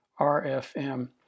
RFM